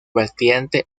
vertiente